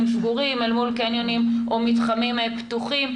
סגורים אל מול קניונים או מתחמים פתוחים,